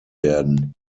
werden